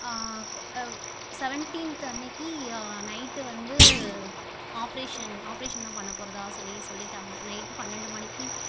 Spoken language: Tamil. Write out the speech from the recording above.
செவன்டீன்த் அன்னைக்கு நைட்டு வந்து ஆப்ரேஷன் ஆப்ரேஷன் தான் பண்ணப்போறதாக சொல்லி சொல்லிவிட்டாங்க நைட்டு பன்னெண்டு மணிக்கு